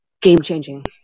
game-changing